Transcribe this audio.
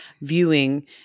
viewing